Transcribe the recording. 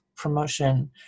Promotion